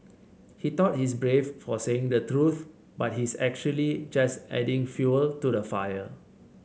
he thought he's brave for saying the truth but he's actually just adding fuel to the fire